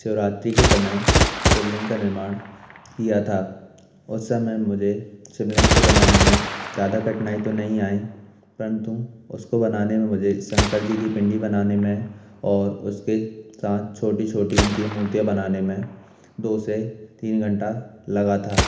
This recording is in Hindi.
शिवरात्रि के समय शिवलिंग का निर्माण किया था उस समय मुझे शिवलिंग को बनाने में ज़्यादा कठिनाई तो नहीं आई परंतु उसको बनाने में मुझे शंकर जी की पिंडी बनाने में और उसके साथ छोटी छोटी उनकी मूर्तियाँ बनाने में दो से तीन घंटा लगा था